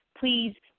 please